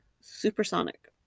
supersonic